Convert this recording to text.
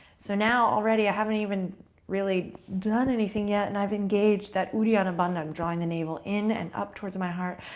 so now, already, i haven't even really done anything yet, and i've engaged that uddiyana bandha, um drawing the navel in and up towards my heart.